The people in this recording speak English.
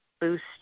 boost